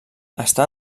està